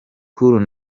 cool